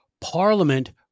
Parliament